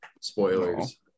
Spoilers